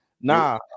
Nah